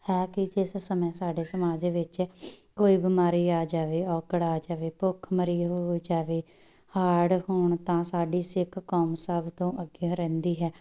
ਹੈ ਕਿ ਜਿਸ ਸਮੇਂ ਸਾਡੇ ਸਮਾਜ ਵਿੱਚ ਕੋਈ ਬਿਮਾਰੀ ਆ ਜਾਵੇ ਔਕੜ ਆ ਜਾਵੇ ਭੁੱਖਮਰੀ ਹੋ ਜਾਵੇ ਹੜ੍ਹ ਹੋਣ ਤਾਂ ਸਾਡੀ ਸਿੱਖ ਕੌਮ ਸਭ ਤੋਂ ਅੱਗੇ ਰਹਿੰਦੀ ਹੈ